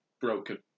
broken